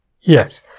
yes